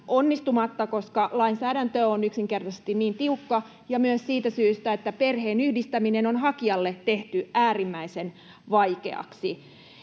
koska lainsäädäntö on yksinkertaisesti niin tiukka, ja myös siitä syystä, että perheenyhdistäminen on tehty hakijalle äärimmäisen vaikeaksi.